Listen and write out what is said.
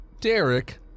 Derek